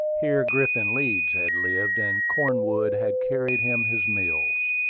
here griffin leeds had lived, and cornwood had carried him his meals.